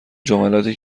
جملاتی